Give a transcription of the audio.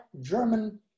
german